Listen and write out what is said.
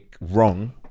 wrong